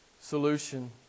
solution